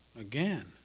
Again